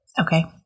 Okay